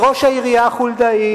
בסך הכול מה אמרתי?